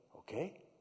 Okay